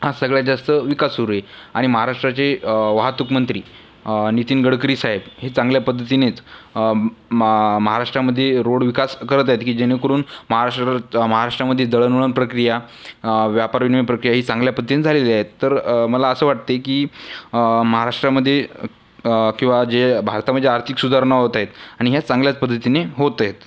हा सगळ्यात जास्त विकास सुरू आहे आणि महाराष्ट्राचे वाहतूकमंत्री नितीन गडकरीसाहेब हे चांगल्या पद्धतीनेच मा महाराष्ट्रामधे रोड विकास करत आहेत की जेणेकरून महाराष्ट्रात महाराष्ट्रामध्ये दळणवळण प्रक्रिया व्यापारविनिमय प्रक्रिया ही चांगल्या पद्धतीने झालेली आहे तर मला असं वाटतंय की महाराष्ट्रामध्ये किंवा जे भारतामधे आर्थिक सुधारणा होत आहेत आणि ह्या चांगल्एयाच पद्धतीनी होत आहेत